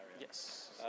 Yes